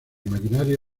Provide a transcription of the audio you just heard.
maquinaria